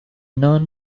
known